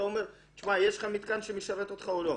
אתה אומר, שמע, יש לך מתקן שמשרת אותך או לא.